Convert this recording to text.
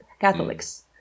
Catholics